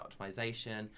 optimization